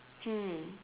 mm